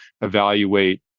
evaluate